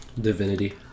Divinity